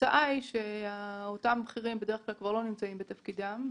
אז הבכירים בדרך כלל כבר לא נמצאים בתפקידם.